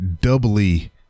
doubly